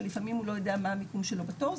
שלפעמים הוא לא יודע מה המיקום שלו בתור,